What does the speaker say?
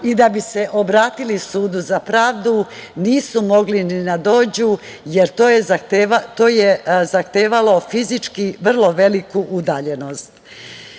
i da bi se obratili sudu za pravdu, nisumogli ni da dođu, jer to je zahtevalo fizički vrlo veliku udaljenost. Žuto